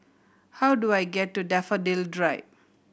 how do I get to Daffodil Drive